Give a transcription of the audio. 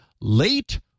late